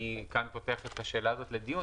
אני כאן פותח את השאלה הזאת לדיון